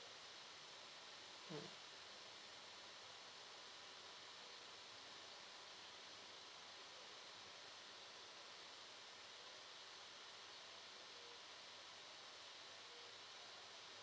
mm